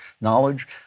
knowledge